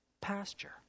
pasture